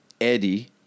Eddie